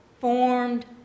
formed